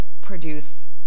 produce